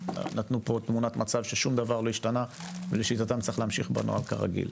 נתנו פה תמונת מצב ששום דבר לא השתנה ולשיטתם צריך להמשיך בנוהל כרגיל.